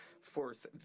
Fourth